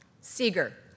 Seeger